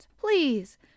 Please